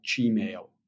Gmail